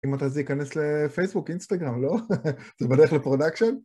אם אתה רוצה להיכנס לפייסבוק אינסטגרם לא? זה בדרך לפרודקשן?